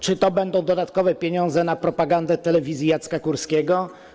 Czy to będą dodatkowe pieniądze na propagandę telewizji Jacka Kurskiego?